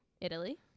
Italy